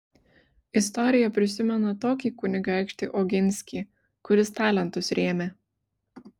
istorija prisimena tokį kunigaikštį oginskį kuris talentus rėmė